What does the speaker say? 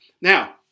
Now